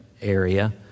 area